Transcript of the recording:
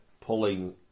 pulling